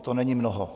To není mnoho.